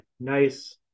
nice